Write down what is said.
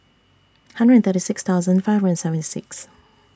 hundred and thirty six thousand five hundred and seventy six